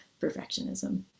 perfectionism